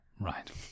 right